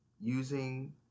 using